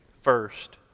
first